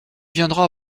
viendra